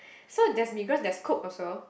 so there's Migros there is Coop also